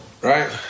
right